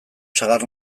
sagar